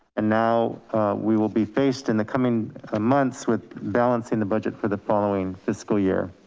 and now we will be faced in the coming ah months with balancing the budget for the following fiscal year.